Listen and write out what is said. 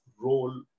role